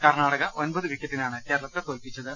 കർണാടക ഒൻപത് വിക്കറ്റിനാണ് കേരളത്തെ തോൽപിച്ചത്